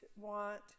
want